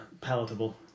palatable